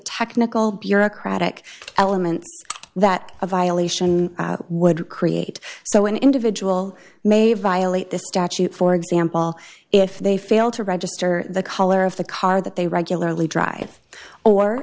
technical bureaucratic element that a violation would create so an individual may violate the statute for example if they fail to register the color of the car that they regularly drive or